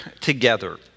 together